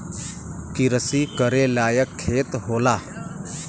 किरसी करे लायक खेत होला